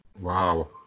Wow